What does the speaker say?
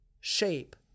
shape